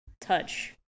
Touch